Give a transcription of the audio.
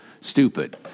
stupid